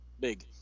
big